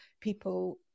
people